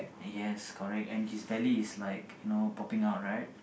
and yes correct and his belly is like you know popping out right